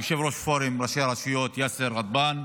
יושב-ראש פורום ראשי הרשויות יאסר גדבאן,